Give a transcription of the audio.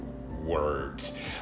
words